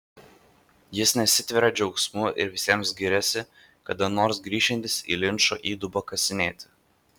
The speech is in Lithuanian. jis nesitveria džiaugsmu ir visiems giriasi kada nors grįšiantis į linčo įdubą kasinėti